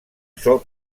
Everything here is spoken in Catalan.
sol